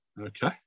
Okay